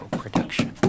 production